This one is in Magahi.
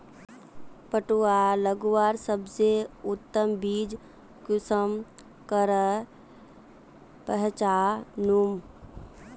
पटुआ लगवार सबसे उत्तम बीज कुंसम करे पहचानूम?